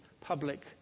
public